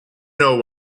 know